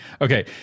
Okay